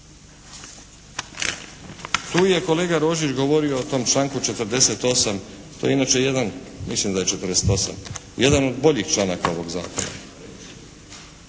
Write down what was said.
Tu je kolega Rožić govorio o tom članku 48., to je inače jedan, mislim da je 48., jedan od boljih članaka ovog Zakona,